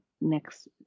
next